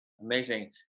Amazing